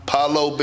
Pablo